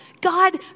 God